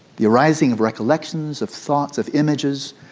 the rising of recollections, of thoughts, of images.